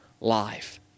life